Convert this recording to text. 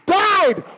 died